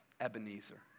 Ebenezer